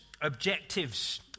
objectives